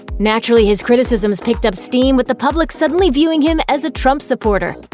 naturally, his criticisms picked up steam, with the public suddenly viewing him as a trump supporter.